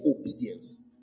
obedience